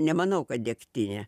nemanau kad degtinė